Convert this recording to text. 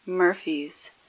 Murphy's